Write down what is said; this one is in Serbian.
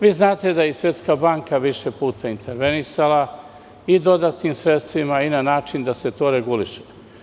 Vi znate da je i Svetska banka više puta intervenisala i dodatnim sredstvima i na način da se to reguliše.